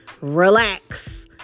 Relax